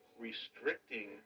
restricting